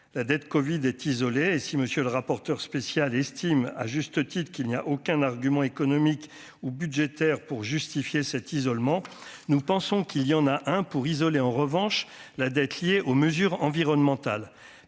la dette Covid est isolé et si monsieur le rapporteur spécial estime à juste titre qu'il n'y a aucun argument économique ou budgétaire pour justifier cet isolement, nous pensons qu'il y en a un pour isoler, en revanche, la dette liée aux mesures environnementales